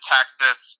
Texas